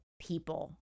people